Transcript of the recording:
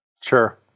Sure